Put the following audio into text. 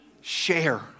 Share